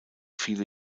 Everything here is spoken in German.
viele